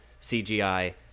CGI